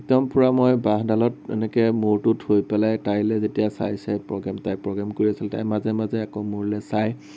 তেওঁক মই পুৰা বাঁহডালত এনেকে মূৰটো থৈ পেলাই লৈ তাইলে যেতিয়া চাই চাই প্ৰগ্ৰেমটো তাই প্ৰগ্ৰেম কৰি আছিল তাৰ মাজে মাজে আকৌ মোলে চায়